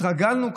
התרגלנו כבר.